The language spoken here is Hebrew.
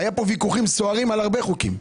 היו פה ויכוחים סוערים על הרבה חוקים,